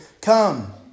come